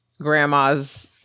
grandma's